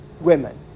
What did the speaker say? women